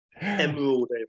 emerald